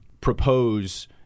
propose